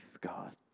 God